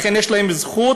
לכן יש להם זכות,